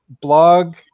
blog